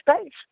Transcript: space